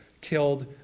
killed